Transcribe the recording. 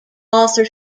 author